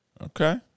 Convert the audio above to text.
Okay